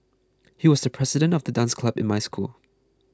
he was the president of the dance club in my school